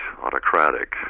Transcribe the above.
autocratic